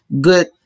Good